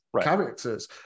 characters